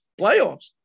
Playoffs